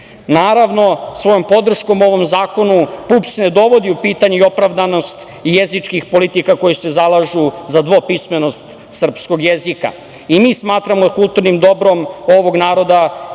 svojom podrškom ovom zakonu, PUPS ne dovodi u pitanje i opravdanost jezičkih politika koje se zalažu za dvopismenost srpskog jezika. Mi smatramo kulturnim dobrom ovog naroda